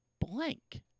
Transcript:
blank